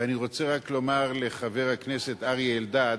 ואני רוצה רק לומר לחבר הכנסת אריה אלדד,